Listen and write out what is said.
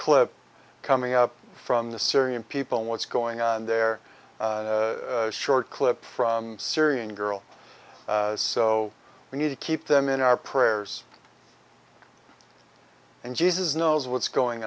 clip coming up from the syrian people what's going on their short clip from syrian girl so we need to keep them in our prayers and jesus knows what's going